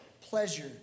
pleasure